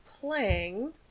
playing